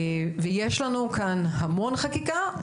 יש לנו כאן המון חקיקה,